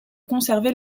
conserver